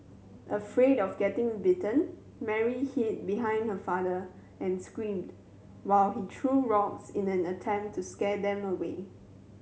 afraid of getting bitten Mary hid behind her father and screamed while he threw rocks in an attempt to scare them away